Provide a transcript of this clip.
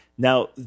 Now